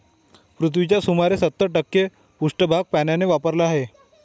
पृथ्वीचा सुमारे सत्तर टक्के पृष्ठभाग पाण्याने व्यापलेला आहे